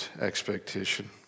expectation